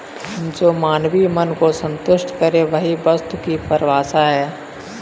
जो मानवीय मन को सन्तुष्ट करे वही वस्तु की परिभाषा है